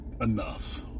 enough